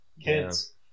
Kids